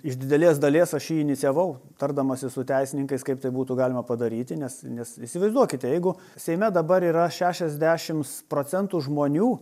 iš didelės dalies aš jį inicijavau tardamasis su teisininkais kaip tai būtų galima padaryti nes nes įsivaizduokite jeigu seime dabar yra šešiasdešims procentų žmonių